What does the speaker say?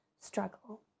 struggle